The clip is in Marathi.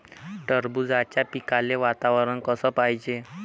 टरबूजाच्या पिकाले वातावरन कस पायजे?